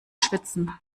schwitzen